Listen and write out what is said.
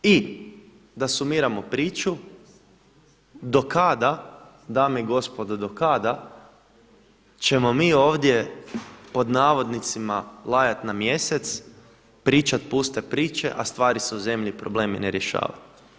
I da sumiramo priču, do kada dame i gospodo, do kada ćemo mi ovdje pod navodnicima lajati na mjesec, pričat puste priče a stvari se u zemlji i problemi ne rješavaju?